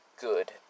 good